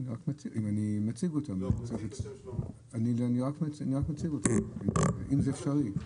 אני רק מציג אותן אם זה אפשרי.